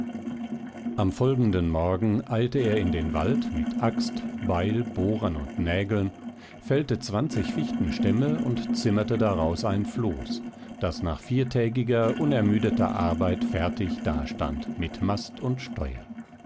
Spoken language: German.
am folgenden morgen eilte er in den wald mit axt beil bohrern und nägeln fällte zwanzig fichtenstämme und zimmerte daraus ein floß das nach viertägiger unermüdeter arbeit fertig dastand mit mast und steuer